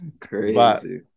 Crazy